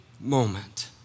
moment